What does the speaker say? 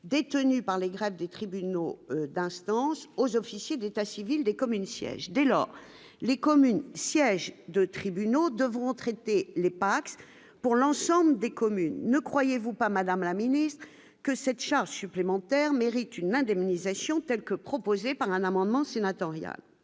détenus par les grèves des tribunaux d'instance aux officiers d'état civil des communes siège dès lors les communes siège de tribunaux devront traiter le Pacs pour l'ensemble des communes, ne croyez-vous pas, Madame la Ministre, que cette charge supplémentaire mérite une indemnisation, telle que proposée par un amendement sénatorial,